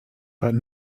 but